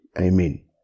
Amen